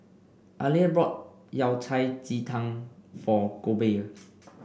Aleah bought Yao Cai Ji Tang for Goebel